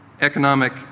economic